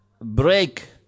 break